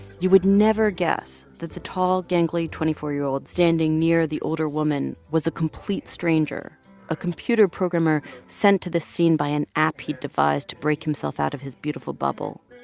you would never guess that the tall gangly twenty four year old standing near the older woman was a complete stranger a computer programmer sent to the scene by an app he devised to break himself out of his beautiful bubble.